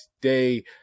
day